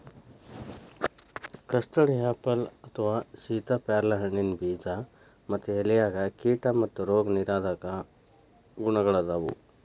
custard apple ಅಥವಾ ಸೇತಾಪ್ಯಾರಲ ಹಣ್ಣಿನ ಬೇಜ ಮತ್ತ ಎಲೆಯಾಗ ಕೇಟಾ ಮತ್ತ ರೋಗ ನಿರೋಧಕ ಗುಣಗಳಾದಾವು